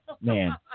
Man